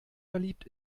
verliebt